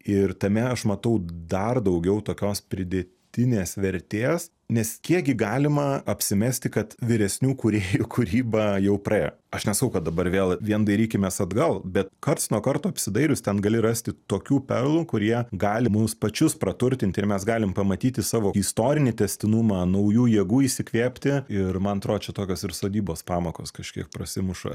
ir tame aš matau dar daugiau tokios pridėtinės vertės nes kiek gi galima apsimesti kad vyresnių kūrėjų kūryba jau praėjo aš nesakau kad dabar vėl vien dairykimės atgal bet karts nuo karto apsidairius ten gali rasti tokių perlų kurie gali mus pačius praturtinti ir mes galim pamatyti savo istorinį tęstinumą naujų jėgų įsikvėpti ir man atrodo čia tokios ir sodybos pamokos kažkiek prasimuša